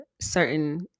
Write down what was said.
certain